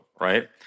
right